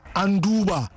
anduba